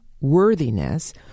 worthiness